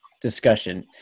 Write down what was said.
discussion